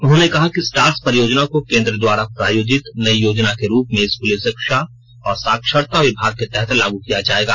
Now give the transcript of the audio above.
उन्होंने कहा कि स्टार्स परियोजना को केन्द्र द्वारा प्रायोजित नई योजना के रूप में स्कूली शिक्षा और साक्षरता विभाग के तहत लागू किया जायेगा